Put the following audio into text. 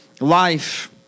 life